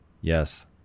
Yes